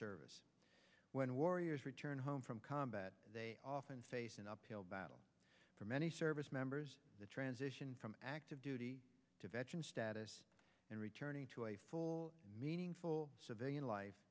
service when warriors return home from combat and uphill battle for many service members the transition from active duty to veteran status and returning to a full meaningful civilian life